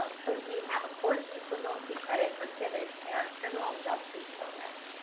um could we have a course equivalency credit for civics in our criminal justice program